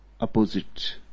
opposite